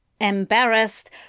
Embarrassed